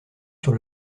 sur